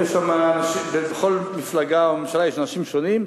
כי בכל מפלגה או ממשלה יש אנשים שונים.